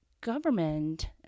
government